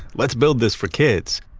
let's build this for kids.